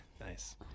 Nice